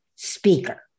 speaker